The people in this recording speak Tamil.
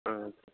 ஆ